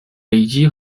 累积